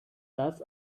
das